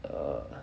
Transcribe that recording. err